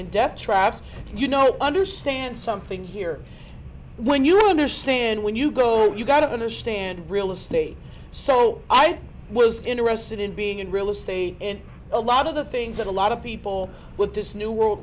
and death traps you know understand something here when you have understand when you go you got to understand real estate so i was interested in being in real estate in a lot of the things that a lot of people with this new world